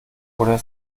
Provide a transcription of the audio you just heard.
oder